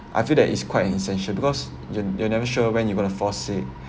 I feel that is quite an essential because you you're never sure when you going to fall sick